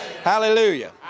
Hallelujah